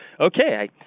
okay